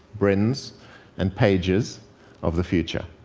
brins and pages of the future.